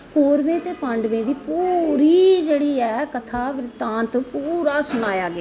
कौरवें दे ते पाॅंडवें दी पूरी जेहड़ी ऐ कथा बृतांत पूरा सनाया गेआ ऐ